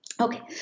Okay